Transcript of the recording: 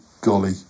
golly